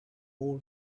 all